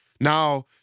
Now